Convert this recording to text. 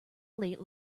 late